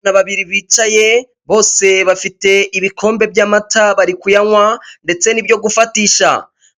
Abana babiri bicaye bose bafite ibikombe by'amata bari kuyanywa ndetse n'ibyo gufatisha